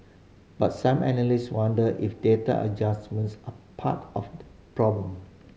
but some analysts wonder if data adjustments are part of problem